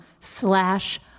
slash